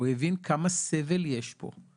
והוא הבין כמה סבל יש פה.